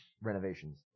renovations